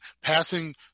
passing